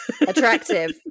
Attractive